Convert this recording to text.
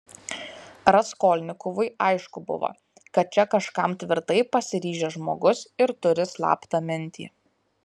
raskolnikovui aišku buvo kad čia kažkam tvirtai pasiryžęs žmogus ir turi slaptą mintį